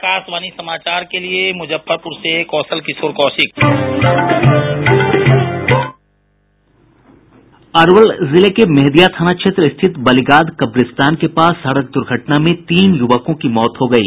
आकाशवाणी समाचार के लिए मुजफ्फरपुर से के कौशिक अरवल जिले के मेहदिया थाना क्षेत्र स्थित बलिगाद कब्रिस्तान के पास सड़क दुर्घटना में तीन युवकों की मौत हो गयी